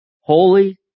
holy